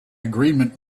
agreement